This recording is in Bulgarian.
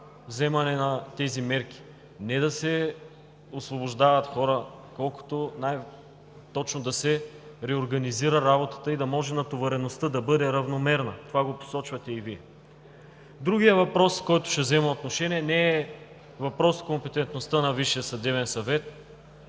вземане на тези мерки и да не се освобождават хора, а най-точно да се реорганизира работата и да може натовареността да бъде равномерна. Това го посочвате и Вие. Другият въпрос, по който ще взема отношение, не е въпрос от компетентността на